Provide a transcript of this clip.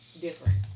different